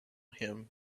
him